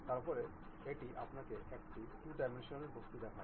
তারপরে এটি আপনাকে একটি 2 ডাইমেনশনাল বস্তু দেখায়